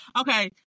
okay